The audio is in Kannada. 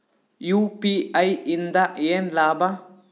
ಯು.ಪಿ.ಐ ಇಂದ ಏನ್ ಲಾಭ?